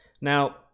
Now